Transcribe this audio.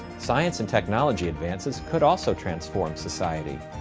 science and technology advances could also transform society.